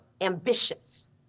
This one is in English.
ambitious